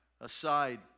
aside